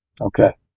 Okay